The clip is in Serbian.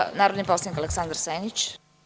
Reč ima narodni poslanik Aleksandar Senić.